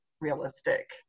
realistic